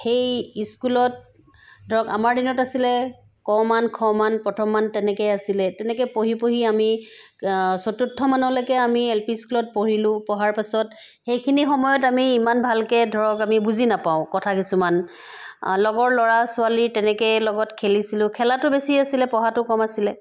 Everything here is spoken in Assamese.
সেই স্কুলত ধৰক আমাৰ দিনত আছিলে ক মান খ মান প্ৰথম মান তেনেকৈ আছিলে তেনেকৈ পঢ়ি পঢ়ি আমি চতুৰ্থ মানলৈকে আমি এল পি স্কুলত পঢ়িলোঁ পঢ়াৰ পাছত সেইখিনি সময়ত আমি ইমান ভালকৈ ধৰক আমি বুজি নাপাওঁ কথা কিছুমান লগৰ ল'ৰা ছোৱালী তেনেকৈ লগত খেলিছিলোঁ খেলাটো বেছি আছিলে পঢ়াটো কম আছিলে